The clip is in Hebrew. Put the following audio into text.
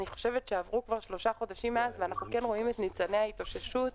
עברו שלושה חודשים מאז ואנחנו כן רואים את ניצני ההתאוששות.